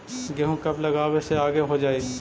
गेहूं कब लगावे से आगे हो जाई?